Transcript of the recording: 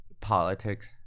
Politics